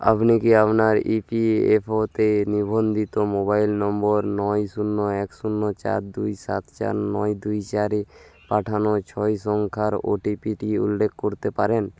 আপনি কি আপনার ই পি এফ ও ত নিবন্ধিত মোবাইল নম্বর নয় শূন্য এক শূন্য চার দুই সাত চার নয় দুই চারে পাঠানো ছয় সংখ্যার ও টি পি টি উল্লেখ করতে পারেন